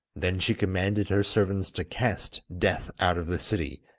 then she commanded her servants to cast death out of the city,